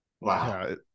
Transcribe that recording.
Wow